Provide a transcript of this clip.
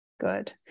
Good